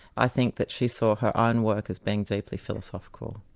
i think that she saw her own work as being deeply philosophical.